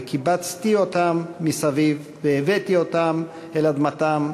וקִבצתי אֹתם מסביב והבאתי אותם אל אדמתם.